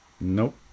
Nope